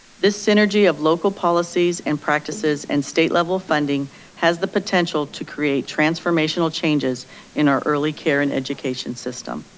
this synergy of local policies and practices and state level funding has the potential to create transformational changes in our early care and education system.